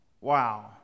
Wow